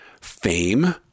fame